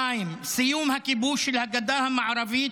2. סיום הכיבוש של הגדה המערבית,